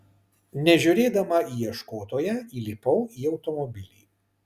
nežiūrėdama į ieškotoją įlipau į automobilį